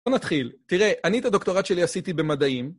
בוא נתחיל. תראה, אני את הדוקטורט שלי עשיתי במדעים.